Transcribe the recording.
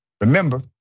Remember